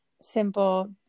simple